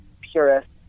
purists